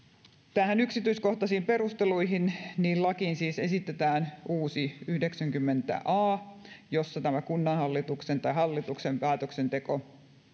näihin yksityiskohtaisiin perusteluihin lakiin siis esitetään uusi yhdeksäskymmenes a pykälä johon tämä kunnanhallituksen tai hallituksen päätöksenteko